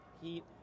heat